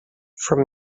from